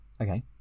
Okay